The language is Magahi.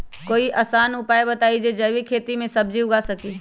कोई आसान उपाय बताइ जे से जैविक खेती में सब्जी उगा सकीं?